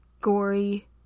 gory